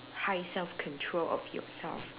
high self control of yourself